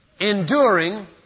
enduring